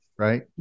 Right